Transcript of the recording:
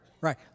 Right